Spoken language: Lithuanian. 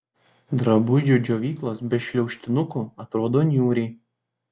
drabužių džiovyklos be šliaužtinukų atrodo niūriai